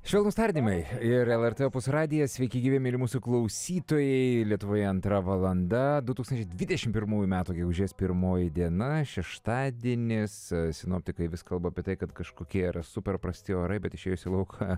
švelnūs tardymai ir lrt opus radijas sveiki gyvi myli mūsų klausytojai lietuvoje antra valanda du tūkstančiai dvidešimt pirmųjų metų gegužės pirmoji diena šeštadienis sinoptikai vis kalba apie tai kad kažkokie yra super prasti orai bet išėjus į lauką